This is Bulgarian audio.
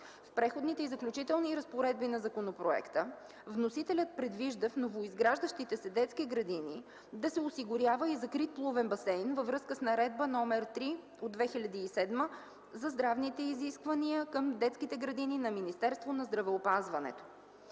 В Преходните и заключителни разпоредби на законопроекта вносителят предвижда в новоизграждащите се детски градини да се осигурява и закрит плувен басейн, във връзка с Наредба № 3/2007 за здравните изисквания към детските градини на Министерство на здравеопазването.